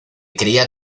creía